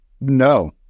No